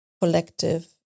collective